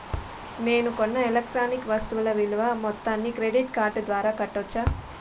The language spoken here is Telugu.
నేను కొన్న ఎలక్ట్రానిక్ వస్తువుల విలువ మొత్తాన్ని క్రెడిట్ కార్డు ద్వారా కట్టొచ్చా?